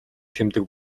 тэмдэг